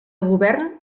govern